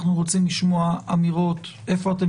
אנחנו רוצים לשמוע אמירות איפה אתם